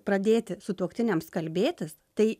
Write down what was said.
pradėti sutuoktiniams kalbėtis tai